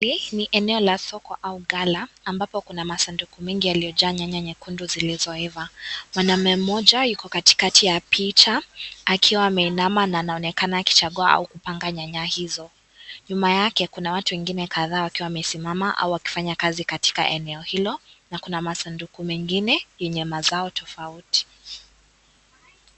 Hili ni eneo la soko au ghala ambapo kuna masanduku mengi yaliyojaa nyanya nyekundu zilizoiva mwanaume mmoja yuko katikati ya picha akiwa ameinama na anaonekana akichagua au kupanga nyanya hizo nyuma yake kuna watu wengine kadhaa wakiwa wamesimama au wakifanya kazi katika eneo hilo na kuna masanduku mengine yenye mazao tofauti.